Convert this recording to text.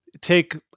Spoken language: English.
take